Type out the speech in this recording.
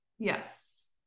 Yes